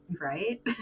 right